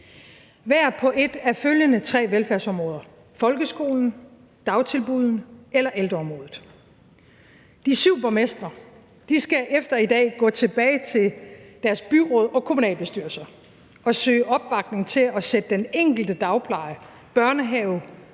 hver på et af følgende tre velfærdsområder: folkeskolen, dagtilbuddene eller ældreområdet. De syv borgmestre skal efter i dag gå tilbage til deres byråd og kommunalbestyrelser og søge opbakning til at sætte den enkelte dagpleje, børnehave,